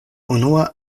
unua